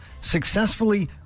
successfully